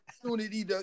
opportunity